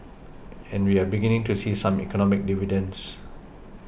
and we are beginning to see some economic dividends